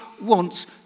wants